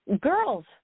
girls